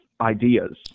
ideas